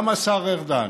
גם השר ארדן